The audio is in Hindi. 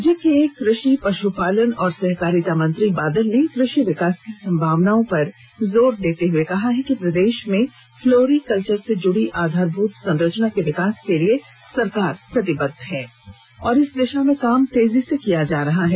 राज्य के कृषि पश्पालन एवं सहकारिता मंत्री बादल ने कृषि विकास की संभावनाओं पर जोर देते हुए कहा है कि प्रदेष में फ्लोरी कल्चर से जुड़ी आधारभूत संरचना के विकास के लिये सरकार प्रतिबद्ध है और इस दिशा में काम तेजी से किया जा रहा है